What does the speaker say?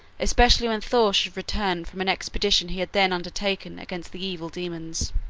especially when thor should return from an expedition he had then undertaken against the evil demons.